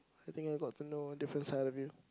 I think I got to know a different side of you